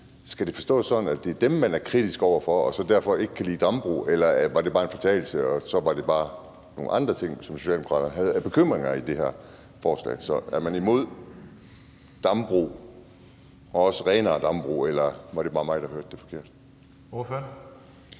miljøbelastningen mindre, som man er kritisk over for, og at man derfor ikke kan lide dambrug? Eller var det bare en fortalelse, og var det så nogle andre ting, som Socialdemokratiet havde bekymringer om i forhold til det her forslag? Så er man imod dambrug og også imod renere dambrug, eller var det bare mig, der hørte det forkert? Kl.